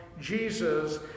Jesus